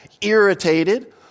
irritated